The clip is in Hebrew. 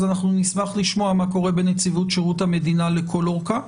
אנחנו נשמח לשמוע מה קורה בנציבות שירות המדינה לכל אורכה,